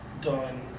done